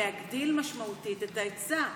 להגדיל משמעותית את ההיצע.